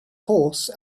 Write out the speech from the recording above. horse